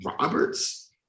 roberts